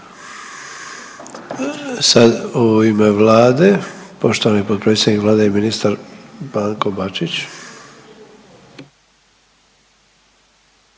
Sad u ime Vlade, poštovani potpredsjednik Vlade i ministar Branko Bačić.